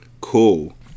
Cool